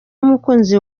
umukunzi